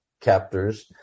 captors